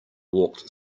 walked